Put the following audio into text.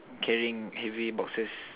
carrying heavy boxes